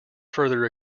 further